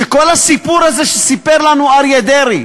שכל הסיפור הזה שסיפר לנו אריה דרעי,